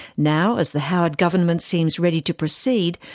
now, as the howard government seems ready to proceed,